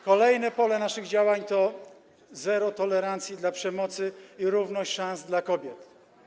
Kolejne pole naszych działań to zero tolerancji dla przemocy i równość szans dla kobiet.